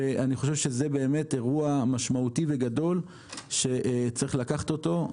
זה אירוע משמעותי וגדול שצריך לקחת אותו.